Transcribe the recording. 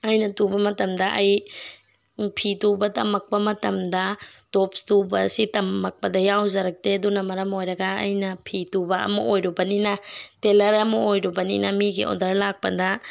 ꯑꯩꯅ ꯇꯨꯕ ꯃꯇꯝꯗ ꯑꯩ ꯐꯤ ꯇꯨꯕ ꯇꯝꯃꯛꯄ ꯃꯇꯝꯗ ꯇꯣꯞꯁ ꯇꯨꯕ ꯑꯁꯤ ꯇꯝꯃꯛꯄꯗ ꯌꯥꯎꯖꯔꯛꯇꯦ ꯑꯗꯨꯅ ꯃꯔꯝ ꯑꯣꯏꯔꯒ ꯑꯩꯅ ꯐꯤ ꯇꯨꯕ ꯑꯃ ꯑꯣꯏꯔꯨꯕꯅꯤꯅ ꯇꯦꯂꯔ ꯑꯃ ꯑꯣꯏꯔꯨꯕꯅꯤꯅ ꯃꯤꯒꯤ ꯑꯣꯔꯗꯔ ꯂꯥꯛꯄꯗ